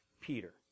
Peter